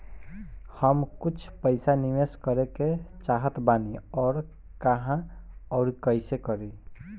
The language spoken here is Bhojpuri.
हम कुछ पइसा निवेश करे के चाहत बानी और कहाँअउर कइसे करी?